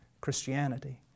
Christianity